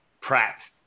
Pratt